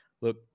look